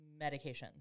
medications